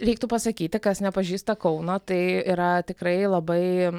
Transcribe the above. reiktų pasakyti kas nepažįsta kauno tai yra tikrai labai